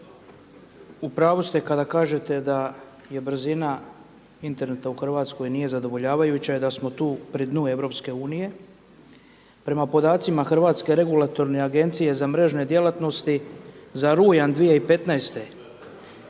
U pravu ste kada kažete da je brzina interneta u Hrvatskoj nije zadovoljavajuća i da smo tu pri dnu EU. Prema podacima Hrvatske regulatorne agencije za mrežne djelatnosti za rujan 2015.